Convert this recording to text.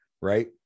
right